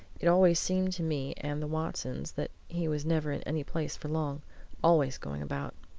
it always seemed to me and the watsons that he was never in any place for long always going about.